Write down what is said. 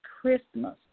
Christmas